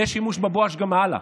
יהיה שימוש בבואש גם הלאה,